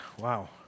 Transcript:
Wow